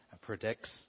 predicts